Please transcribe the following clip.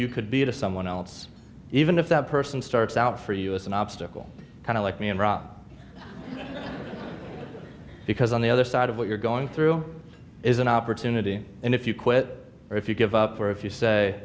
you could be to someone else even if that person starts out for us an obstacle kind of like me and rob because on the other side of what you're going through this is an opportunity and if you quit or if you give up or if you say